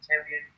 champion